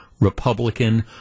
Republican